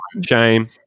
shame